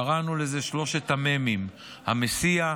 קראנו לזה שלושת המ"מים: המסיע,